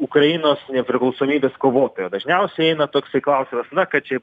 ukrainos nepriklausomybės kovotojai dažniausiai eina toksai klausimas na kad čia